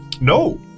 No